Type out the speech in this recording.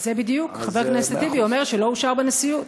זה בדיוק, חבר הכנסת טיבי אומר שלא אושר בנשיאות.